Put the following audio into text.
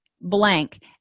blank